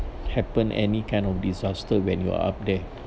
happen any kind of disaster when you are up there